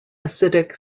acidic